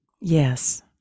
Yes